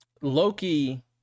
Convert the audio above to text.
Loki